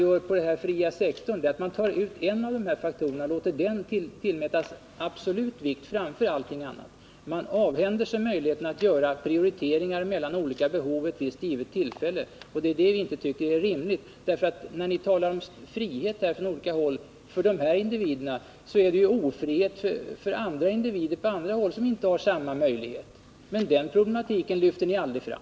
Men på den fria sektorn tar man ut en av dessa faktorer och låter den tillmätas absolut vikt framför allting annat. Man avhänder sig möjligheten att göra prioriteringar mellan olika behov vid ett visst givet tillfälle. Det är det som vi inte tycker är rimligt. Ni talar från olika håll om friheten för de sökande, men glömmer bort att det innebär ofrihet för andra sökande på annat håll som inte har samma möjligheter. Men den problematiken lyfter ni aldrig fram.